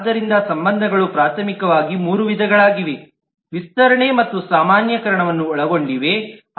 ಆದ್ದರಿಂದ ಸಂಬಂಧಗಳು ಪ್ರಾಥಮಿಕವಾಗಿ 3 ವಿಧಗಳಾಗಿವೆ ವಿಸ್ತರಣೆ ಮತ್ತು ಸಾಮಾನ್ಯೀಕರಣವನ್ನು ಒಳಗೊಂಡಿವೆ